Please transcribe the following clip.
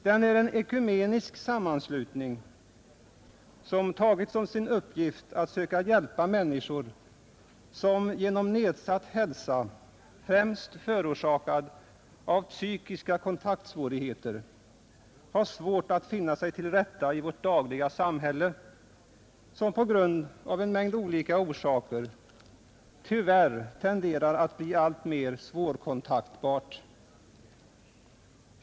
Den är en ekumenisk sammanslutning som tagit till sin uppgift att försöka hjälpa människor som på grund av nedsatt hälsa, främst förorsakad av psykiska kontaktsvårigheter, har svårt att finna sig till rätta i vårt samhälle, vilket av olika orsaker tyvärr tenderar att bli alltmer ”svårkontaktbart”.